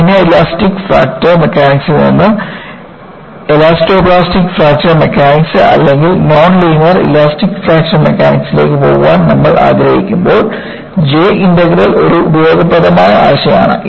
linear elastic fracture മെക്കാനിക്സിൽ നിന്ന് elastoplastic fracture mechanics അല്ലെങ്കിൽ നോൺ ലീനിയർ ഇലാസ്റ്റിക് ഫ്രാക്ചർ മെക്കാനിക്സിലേക്ക് പോകാൻ നമ്മൾ ആഗ്രഹിക്കുമ്പോൾ J ഇന്റഗ്രൽ ഒരു ഉപയോഗപ്രദമായ ആശയമാണ്